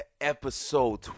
episode